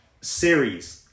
series